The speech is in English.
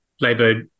Labor